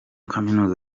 kaminuza